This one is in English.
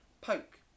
poke